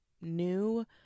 new